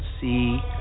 see